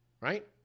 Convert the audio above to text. right